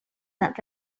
that